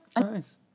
Nice